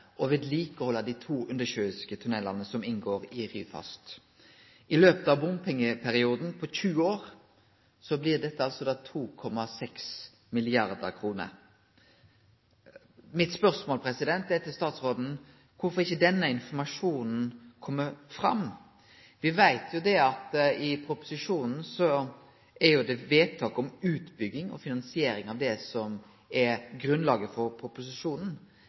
det vil koste opp mot 130 mill. kr i året å vedlikehalde dei to undersjøiske tunnelane som inngår i Ryfast. I løpet av bompengeperioden på 20 år blir dette altså 2,6 mrd. kr. Spørsmålet mitt til statsråden er: Kvifor har ikkje denne informasjonen kome fram? Vi veit at i proposisjonen er det vedtaket om utbygging og finansieringa som er grunnlaget for proposisjonen.